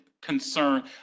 concern